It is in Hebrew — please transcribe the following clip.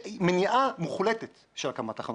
שמניעה מוחלטת של הקמת תחנות,